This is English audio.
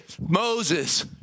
Moses